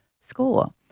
score